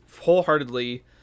wholeheartedly